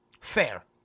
Fair